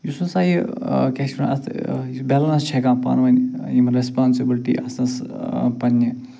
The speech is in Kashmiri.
یُس ہسا یہِ کیٛاہ چھِ ونان اتھ یہِ بیلنس ہٮ۪کان پانہٕ ؤنۍ یِم ریسپانسِبٕلِٹی آسس پنٛنہِ